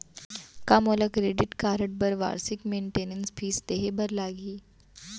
का मोला credit card बर वार्षिक मेंटेनेंस फीस देहे बर लागही?